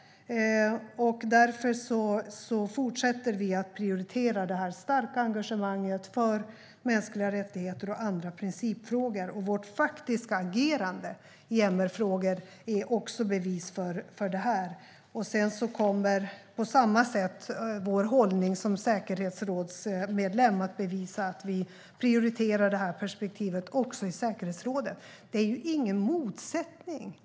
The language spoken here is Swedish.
Vi fortsätter att prioritera det starka engagemanget för mänskliga rättigheter och andra principfrågor. Vårt faktiska agerande i MR-frågor är bevis för detta. På samma sätt kommer vår hållning som säkerhetsrådsmedlem att bevisa att vi prioriterar detta perspektiv också i säkerhetsrådet. Det finns ingen motsättning här.